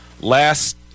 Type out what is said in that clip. Last